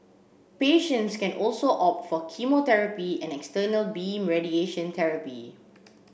patients can also opt for chemotherapy and external beam radiation therapy